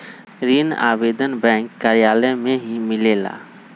ऋण आवेदन बैंक कार्यालय मे ही मिलेला?